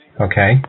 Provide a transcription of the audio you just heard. Okay